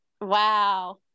wow